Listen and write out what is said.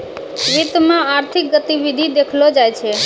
वित्त मे आर्थिक गतिविधि देखलो जाय छै